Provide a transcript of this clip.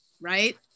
Right